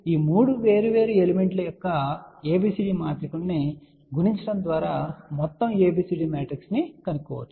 ఈ 3 వేర్వేరు ఎలిమెంట్ ల యొక్క ABCD మాత్రికలను గుణించడం ద్వారా మొత్తం ABCD మ్యాట్రిక్స్ ను కనుక్కోవచ్చు